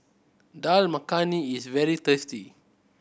Dal Makhani is very tasty